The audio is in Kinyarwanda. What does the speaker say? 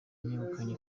yegukanye